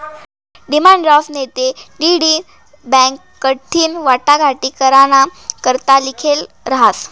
demand draft नैते DD bank कडथीन वाटाघाटी कराना करता लिखेल रहास